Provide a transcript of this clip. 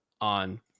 on